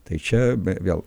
tai čia vėl